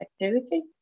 activity